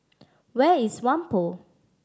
where is Whampoa